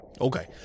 Okay